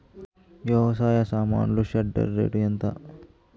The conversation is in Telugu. వ్యవసాయ సామాన్లు షెడ్డర్ రేటు ఎంత?